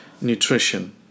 nutrition